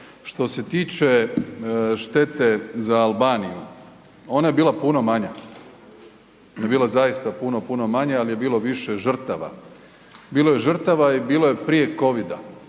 Što se tiče štete za Albaniju, ona je bila puno manja, ona je bila zaista puno, puno manja, al je bilo više žrtava, bilo je žrtava i bilo je prije covida,